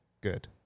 good